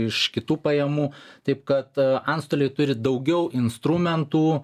iš kitų pajamų taip kad antstoliai turi daugiau instrumentų